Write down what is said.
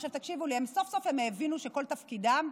עכשיו תקשיבו לי, הם סוף-סוף הבינו שכל תפקידם,